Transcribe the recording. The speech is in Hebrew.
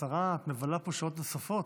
השרה, היום את מבלה פה שעות נוספות.